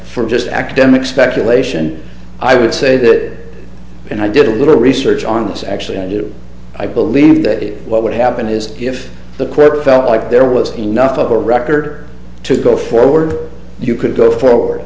for just academic speculation i would say that and i did a little research on this actually i do i believe that what would happen is if the quote felt like there was enough of a record to go forward you could go forward